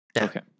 Okay